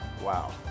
Wow